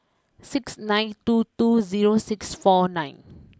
six nine two two zero six four nine